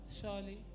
surely